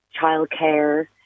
childcare